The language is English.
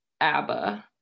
ABBA